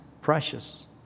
precious